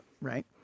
right